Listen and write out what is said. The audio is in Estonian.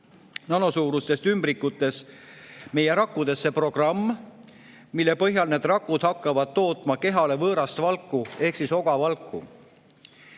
nanosuurustes ümbrikutes meie rakkudesse programm, mille põhjal need rakud hakkavad tootma kehale võõrast valku ehk ogavalku.